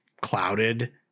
clouded